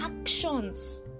actions